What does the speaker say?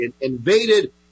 invaded